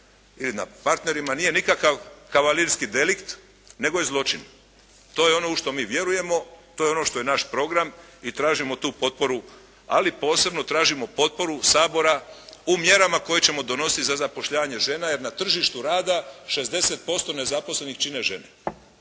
ili na partnerima nije nikakav kavalirski delikt nego je zločin. To je ono u što mi vjerujemo. To je ono što je naš program i tražimo tu potporu. Ali posebno tražimo potporu Sabora u mjerama koje ćemo donositi za zapošljavanje žena jer na tržištu rada 60% nezaposlenih čine žene.